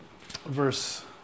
verse